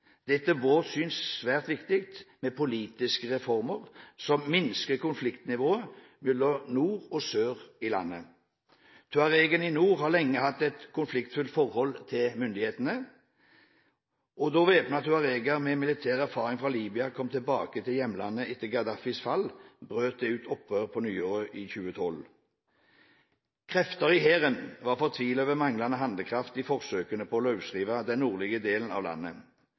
er etter vårt syn svært viktig med politiske reformer som minsker konfliktnivået mellom nord og sør i landet. Tuaregene i nord har lenge hatt et konfliktfylt forhold til myndighetene. Da væpnede tuareger med militær erfaring fra Libya kom tilbake til hjemlandet etter Gaddafis fall, brøt det ut opprør på nyåret i 2012. Krefter i hæren var fortvilet over manglende handlekraft i forsøkene på å løsrive den nordlige delen av landet.